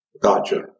Gotcha